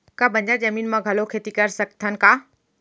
का बंजर जमीन म घलो खेती कर सकथन का?